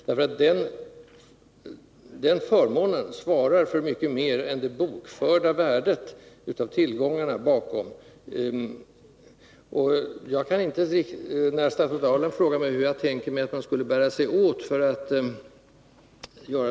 Den förmånen svarar för mycket mer än det bokförda värdet av tillgångarna därbakom. Statsrådet Ahrland frågar mig hur jag tänker mig att man skulle bära sig åt.